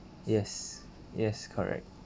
yes yes correct